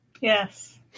Yes